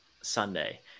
Sunday